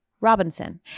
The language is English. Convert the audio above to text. Robinson